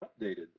updated